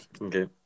okay